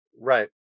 Right